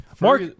Mark